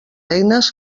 eines